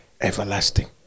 everlasting